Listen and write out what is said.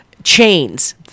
chains